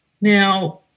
Now